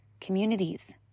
communities